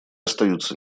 остаются